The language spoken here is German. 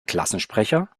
klassensprecher